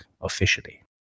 officially